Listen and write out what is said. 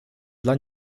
dla